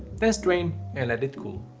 then strain and let it cool.